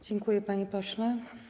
Dziękuję, panie pośle.